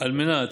על מנת